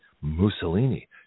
Mussolini